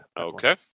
Okay